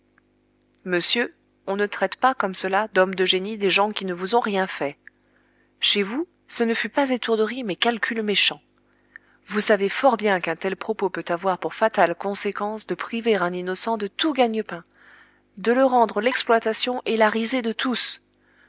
monsieur on ne traite pas comme cela d'hommes de génie des gens qui ne vous ont rien fait chez vous ce ne fut pas étourderie mais calcul méchant vous savez fort bien qu'un tel propos peut avoir pour fatales conséquences de priver un innocent de tout gagne-pain de le rendre l'exploitation et la risée de tous